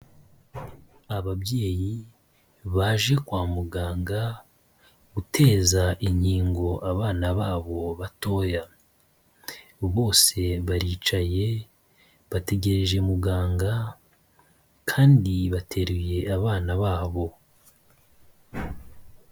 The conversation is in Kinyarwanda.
Ababyeyi baje kwa muganga guteza inkingo abana babo batoya, bose baricaye bategereje muganga, kandi bateruye abana babo.